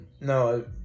no